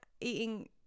eating